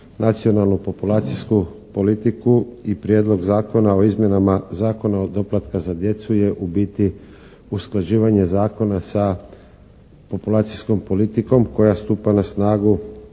Nacionalnu populacijsku politiku i Prijedlog zakona o izmjenama Zakona o doplatka za djecu je u biti usklađivanje zakona sa populacijskom politikom koja stupa na snagu